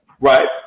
Right